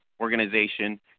organization